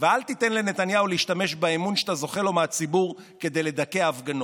ואל תיתן לנתניהו להשתמש באמון שאתה זוכה לו מהציבור כדי לדכא הפגנות.